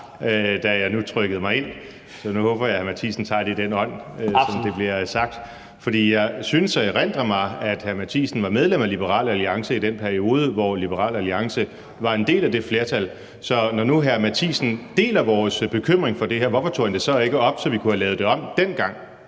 da jeg nu trykkede mig ind. Så nu håber jeg, at hr. Lars Boje Mathiesen tager det i den ånd, som det bliver sagt. For jeg synes at erindre mig, at hr. Lars Boje Mathiesen var medlem af Liberal Alliance i den periode, hvor Liberal Alliance var en del af det flertal. Så når nu hr. Lars Boje Mathiesen deler vores bekymring for det her, hvorfor tog han det så ikke op, så vi kunne have lavet det om dengang?